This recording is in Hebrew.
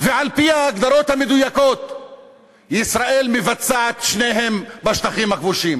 ועל-פי ההגדרות המדויקות ישראל מבצעת את שניהם בשטחים הכבושים,